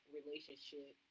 relationship